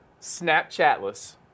snapchatless